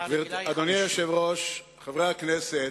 אדוני היושב-ראש, חברי הכנסת,